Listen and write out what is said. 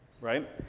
right